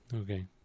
Okay